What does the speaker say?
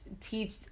teach